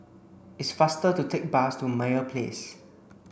it's faster to take bus to Meyer Place